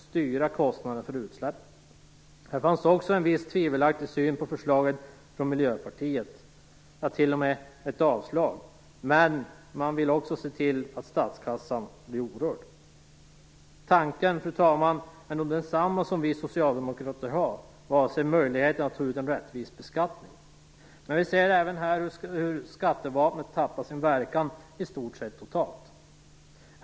Också här hade Miljöpartiet en tvivlande syn på förslaget och ville t.o.m. avslå det, men man ville också se till att statskassan förblir orörd. Tanken, fru talman, är nog densamma som den vi socialdemokrater har vad avser möjligheterna att ta ut en rättvis beskattning. Men vi ser även här hur skattevapnet i stort sett totalt tappar sin verkan.